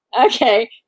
okay